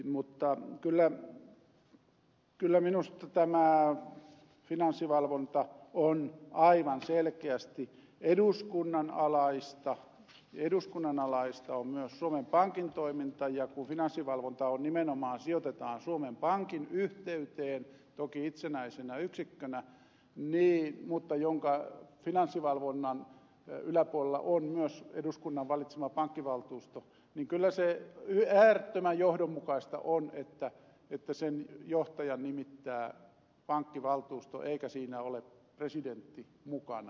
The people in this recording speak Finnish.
mutta kyllä minusta tämä finanssivalvonta on aivan selkeästi eduskunnan alaista toimintaa ja eduskunnan alaista on myös suomen pankin toiminta ja kun finanssivalvonta nimenomaan sijoitetaan suomen pankin yhteyteen toki itsenäisenä yksikkönä mutta jonka finanssivalvonnan yläpuolella on myös eduskunnan valitsema pankkivaltuusto niin kyllä se äärettömän johdonmukaista on että sen johtajan nimittää pankkivaltuusto eikä siinä ole presidentti mukana